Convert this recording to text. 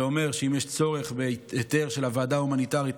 זה אומר שאם יש צורך בהיתר של הוועדה ההומניטרית,